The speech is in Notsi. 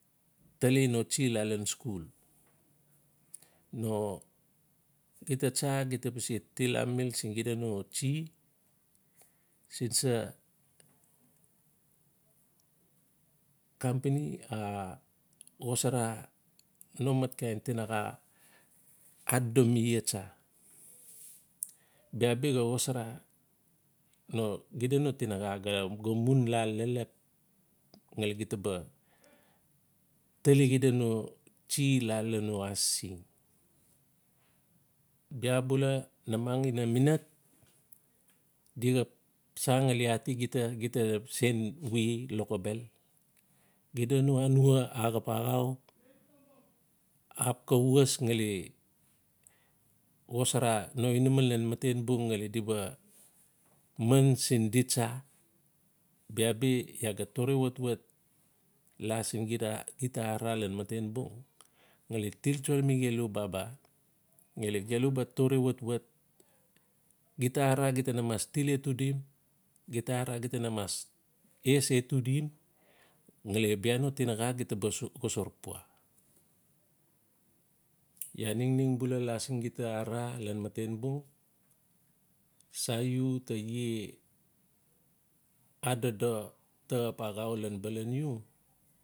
Tali no tsi la lan school. No, gita tsa gita ba til amimil siin xida no tsi siin sa company a xosara no matkain tinaxa adodo mi ia tsa. bia bi ga xosara no xida no tinaxa ga mun la lelep ngali gita ba tali xida no tsi la lain no asiseng. Bia bula namang ina minat, di xap san ngali ati gita-gita sen we lokobel, xida no anua axap axau, axap xa was ngali xosara no inaman lan matenbung ngali di ba man siin di tsa baba iaa ga tore watwat la sin gita arara lan maten bung ngali tiltso mi gelu baba. Ngali gelu ba tore watwat gita arara gita na til etudim, gita arara gita na mas es etudim ngali bia no tinaxa gita ba suk xosar pua iaa ningning bula lan siin gita arara lan matenbung saiu u tu ie adodo ta xap axau lan balaniu.